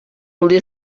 努力